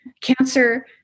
Cancer